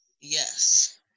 Yes